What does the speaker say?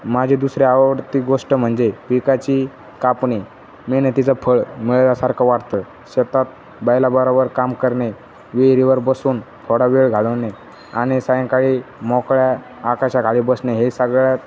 माझे दुसरे आवडती गोष्ट म्हणजे पिकाची कापणी मेहनतीचं फळ मिळल्यासारखं वाटतं शेतात बैलाबराबर काम करणे विहिरीवर बसून थोडा वेळ घालवणे आणि सायंकाळी मोकळ्या आकाशा खाली बसणे हे सगळ्यात